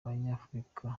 abanyafurika